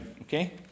okay